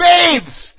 Babes